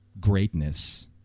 greatness